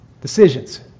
decisions